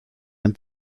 and